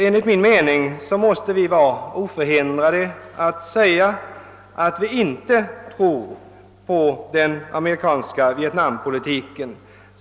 Enligt min mening måste vi vara oförhindrade att säga att vi inte tror på den amerikanska vietnampolitiken.